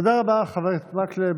תודה רבה, חבר הכנסת מקלב.